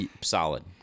Solid